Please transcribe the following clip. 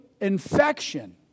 infection